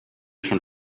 schon